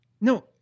No